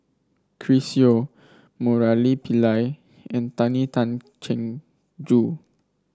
Chris Yeo Murali Pillai and Tony Tan Keng Joo